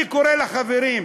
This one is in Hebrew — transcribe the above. אני קורא לחברים,